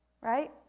right